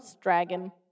Dragon